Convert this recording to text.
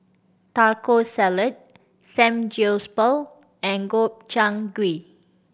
Taco Salad Samgyeopsal and Gobchang Gui